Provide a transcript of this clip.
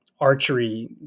archery